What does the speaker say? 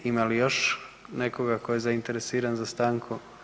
Ima li još nekoga tko je zainteresiran za stanku?